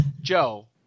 joe